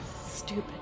stupid